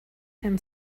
and